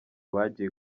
bagiye